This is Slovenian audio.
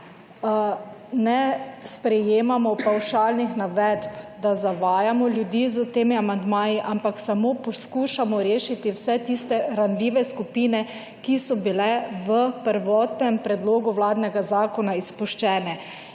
ne sprejemamo pavšalnih navedb, da zavajamo ljudi s temi amandmaji, ampak samo poskušamo rešiti vse tiste ranljive skupine, ki so bile v prvotnem predlogu vladnega zakona izpuščene.